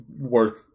worth